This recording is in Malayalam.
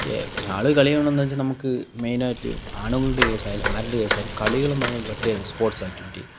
ഓക്കെ ആൾ കളി കാണുന്നച്ച നമ്മൾക്ക് മെയ്നായിട്ട് ആണുങ്ങളുടെ കേസായാലും ആരുടെ കേസായാലും കളികളെന്നുള്ള ഒരു പ്രേത്യേക ഒരു സ്പോർട്സ് ആക്റ്റിവിറ്റി